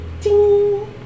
Ting